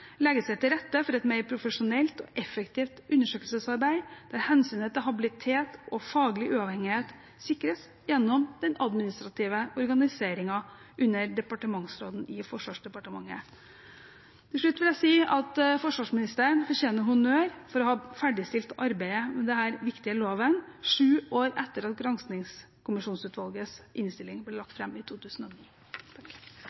til rette for et mer profesjonelt og effektivt undersøkelsesarbeid, der hensynet til habilitet og faglig uavhengighet sikres gjennom den administrative organiseringen under departementsråden i Forsvarsdepartementet. Til slutt vil jeg si at forsvarsministeren fortjener honnør for å ha ferdigstilt arbeidet med denne viktige loven – sju år etter at Granskingskommisjonsutvalgets innstilling ble lagt